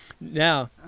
Now